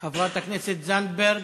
חברת הכנסת זנדברג,